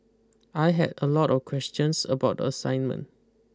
I had a lot of questions about the assignment